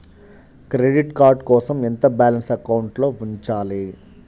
Credit card కోసం ఎంత balance అకౌంట్లో ఉంచాలి?